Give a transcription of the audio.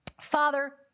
Father